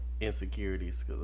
insecurities